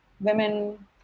women